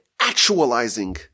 actualizing